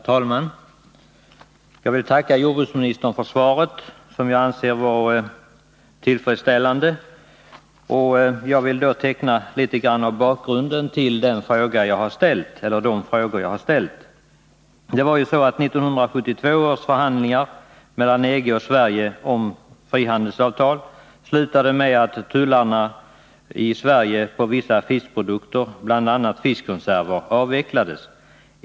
Herr talman! Jag tackar jordbruksministern för svaret, som jag anser vara tillfredsställande. Jag vill teckna litet grand av bakgrunden till de frågor jag har ställt. 1972 års förhandlingar mellan EG och Sverige om frihandelsavtal slutade med att tullarna i Sverige på vissa fiskprodukter, bl.a. fiskkonserver, avvecklades.